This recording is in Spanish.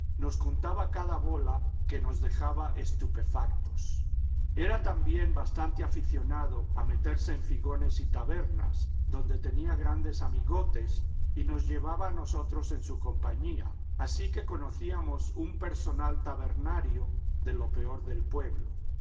nos contaba cada bola que nos dejaba estupefactos era también bastante aficionado a meterse en figones y tabernas donde tenía grandes amigotes y nos llevaba a nosotros en su compañía así que conocíamos un personal tabernario de lo peor del pueblo